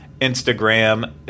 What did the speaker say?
Instagram